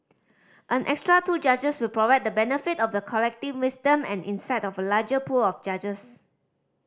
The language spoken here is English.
an extra two judges will provide the benefit of the collective wisdom and insight of a larger pool of judges